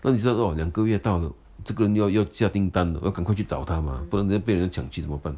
然后你知道两个月到了这个人又要下订单了要赶快去找他吗不然被人抢怎么办